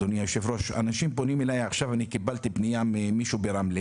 קיבלתי פנייה ממישהו שגר ברמלה